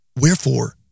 Wherefore